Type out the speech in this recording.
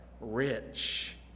rich